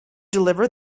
deliver